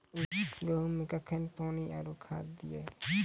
गेहूँ मे कखेन पानी आरु खाद दिये?